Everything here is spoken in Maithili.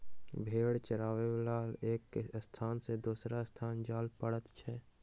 भेंड़ चरयबाक लेल एक स्थान सॅ दोसर स्थान जाय पड़ैत छै